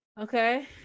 Okay